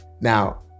Now